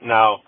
Now